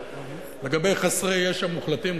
לגבי חסרי ישע מוחלטים,